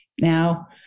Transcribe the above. now